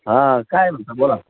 हां काय म्हणता बोला